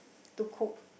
to cope